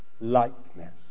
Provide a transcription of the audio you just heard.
likeness